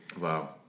Wow